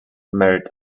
married